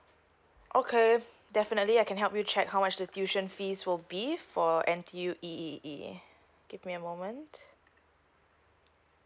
okay definitely I can help you to check how much the tuition fees will be for N_T_U E_E_E okay give me a moment